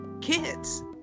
kids